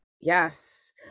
yes